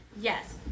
Yes